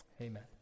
Amen